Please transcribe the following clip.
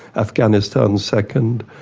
afghanistan second,